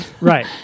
Right